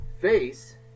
face